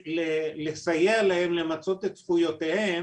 לסייע להם למצות את זכויותיהם